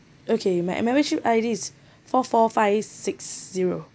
okay my membership I_D is four four five six zero